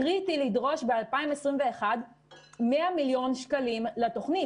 קריטי לדרוש ב-2021 סכום של 100 מיליון שקלים לתוכנית